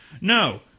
No